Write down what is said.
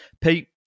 Pete